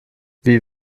wie